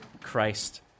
Christ